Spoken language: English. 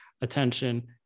attention